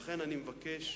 לכן, אני מבקש: